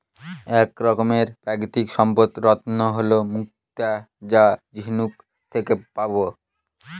এক রকমের প্রাকৃতিক সম্পদ রত্ন হল মুক্তা যা ঝিনুক থেকে পাবো